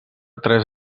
tres